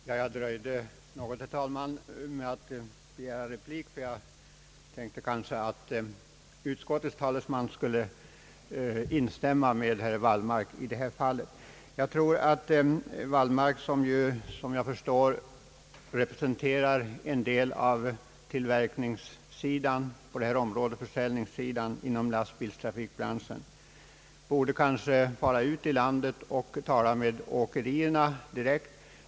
Herr talman! Jag dröjde något med att begära replik, ty jag tänkte att utskottets talesman kanske skulle instämma med herr Wallmark i det här fallet. Jag tror att herr Wallmark, som jag förstår representerar en del av tillverkningsoch försäljningssidan inom lastbilstrafikbranschen, borde fara ut i landet och tala med åkerierna direkt.